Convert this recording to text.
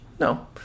No